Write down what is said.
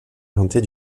orientée